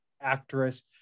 actress